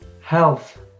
Health